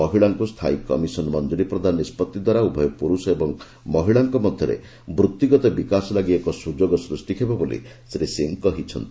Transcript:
ମହିଳାଙ୍କୁ ସ୍ଥାୟୀ କମିଶନ ମଂଜୁରୀ ପ୍ରଦାନ ନିଷ୍ପତ୍ତି ଦ୍ୱାରା ଉଭୟ ପୁରୁଷ ଓ ମହିଳାଙ୍କ ମଧ୍ୟରେ ବୃଭିଗତ ବିକାଶ ଲାଗି ଏକ ସୁଯୋଗ ସୃଷ୍ଟି ହେବ ବୋଲି ଶ୍ରୀ ସିଂ କହିଛନ୍ତି